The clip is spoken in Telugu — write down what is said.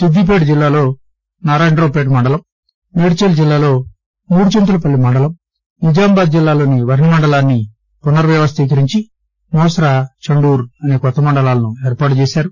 సిద్దిపేట జిల్లాలో నారాయణరావు పేట మండలం మేడ్చల్ జిల్లాలో మూడు చింతలపల్లి మండలం నిజామాబాద్ జిల్లాలోని వర్సి మండలాన్సి పునర్ వ్యవస్టీకరించి మొస్రా చండూరు అసే కొత్త మండలాలను ఏర్పాటు చేశారు